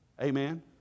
Amen